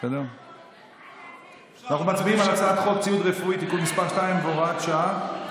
אנחנו מצביעים על הצעת חוק ציוד רפואי (תיקון מס' 2 והוראת שעה),